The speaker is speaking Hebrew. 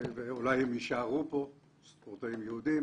ואולי הם יישארו פה, ספורטאים יהודים,